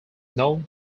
known